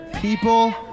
people